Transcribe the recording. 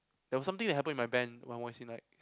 there was something that happen in my band when I was in like